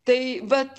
tai vat